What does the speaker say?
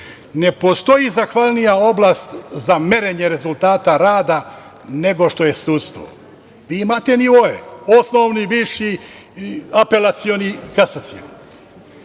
postoji zahvalnija oblast za merenje rezultata rada nego što je sudstvo. Vi imate nivoe, osnovni, viši, apelacioni, kasacioni.